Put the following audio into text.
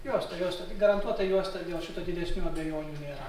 juosta juosta garantuotai juosta dėl šito didesnių abejonių nėra